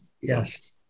Yes